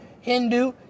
Hindu